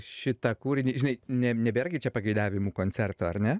šitą kūrinį žinai ne nebėra gi čia pageidavimų koncerto ar ne